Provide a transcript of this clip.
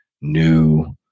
new